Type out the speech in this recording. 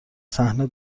صحنه